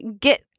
get